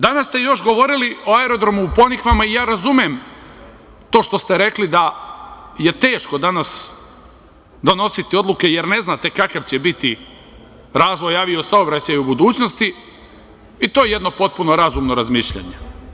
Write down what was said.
Danas ste još govorili o aerodromu u Ponikvama i ja razumem to što ste rekli da je teško danas donositi odluke jer ne znate kakav će biti razvoj avio saobraćaja u budućnosti i to je jedno potpuno razumno razmišljanje.